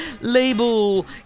label